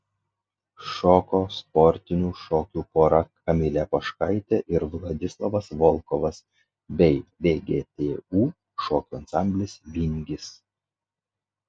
šoko sportinių šokių pora kamilė poškaitė ir vladislavas volkovas bei vgtu šokių ansamblis vingis